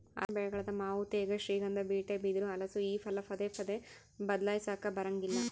ಅರಣ್ಯ ಬೆಳೆಗಳಾದ ಮಾವು ತೇಗ, ಶ್ರೀಗಂಧ, ಬೀಟೆ, ಬಿದಿರು, ಹಲಸು ಈ ಫಲ ಪದೇ ಪದೇ ಬದ್ಲಾಯಿಸಾಕಾ ಬರಂಗಿಲ್ಲ